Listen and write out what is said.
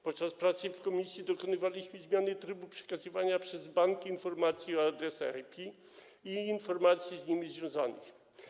Podczas pracy w komisji dokonaliśmy zmiany trybu przekazywania przez banki informacji o adresach IP i informacji z nimi związanych.